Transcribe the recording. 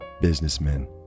businessmen